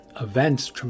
events